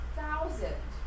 thousand